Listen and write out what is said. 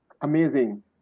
amazing